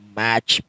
match